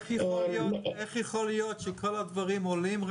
איך יכול להיות שכל הדברים עולים,